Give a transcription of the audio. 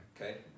Okay